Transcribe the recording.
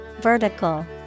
Vertical